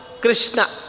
Krishna